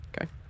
Okay